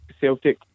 Celtic